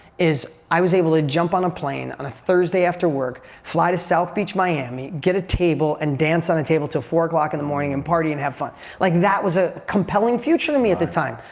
is i was able to jump on a plane on a thursday after work, fly to south beach, miami, get a table, and dance on a table til four zero like in the morning and party and have fun. like, that was a compelling future to me at the time.